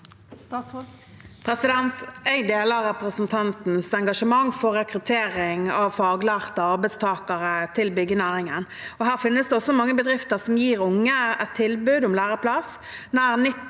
Jeg deler re- presentantens engasjement for rekruttering av faglærte arbeidstakere til byggenæringen. Her finnes det også mange bedrifter som gir unge et tilbud om læreplass.